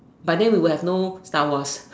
but then we would have no Star-Wars